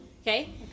okay